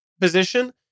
position